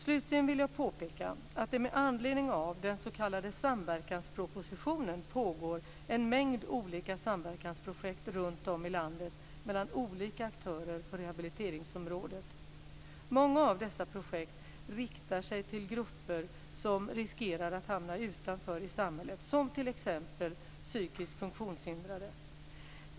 Slutligen vill jag påpeka att det med anledning av den s.k. samverkanspropositionen pågår en mängd olika samverkansprojekt runtom i landet mellan olika aktörer på rehabiliteringsområdet. Många av dessa projekt riktar sig till grupper som riskerat att hamna utanför i samhället - som t.ex. psykiskt funktionshindrade.